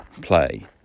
play